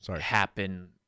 happen